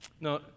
no